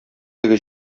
теге